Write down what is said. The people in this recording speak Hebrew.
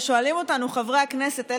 ושואלים אותנו חברי הכנסת,